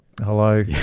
hello